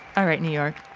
alright new york,